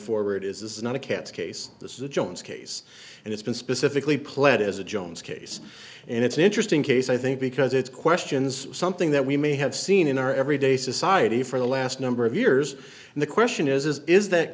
forward is this is not a cat's case this is a jones case and it's been specifically pled as a jones case and it's an interesting case i think because it's questions something that we may have seen in our everyday society for the last number of years and the question is is is that